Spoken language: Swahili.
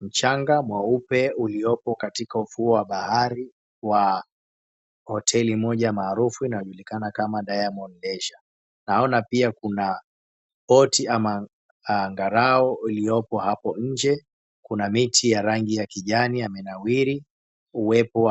Mchanga mweupe uliopo katika ufuo wa bahari wa hoteli moja maarufu inaojulikana kama DIAMOND LEISURE . Naona pia boti ama ngarau iliopo hapo nje. Kuna miti ya rangi ya kijani yamenawiri, uwepo